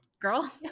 girl